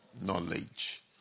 knowledge